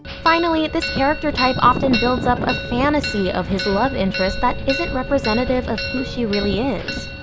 finally, this character type often builds up a fantasy of his love interest that isn't representative of who she really is.